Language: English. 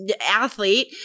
athlete